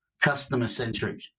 customer-centric